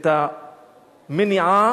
את המניעה